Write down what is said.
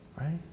Right